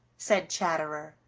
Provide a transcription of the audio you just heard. said chatterer.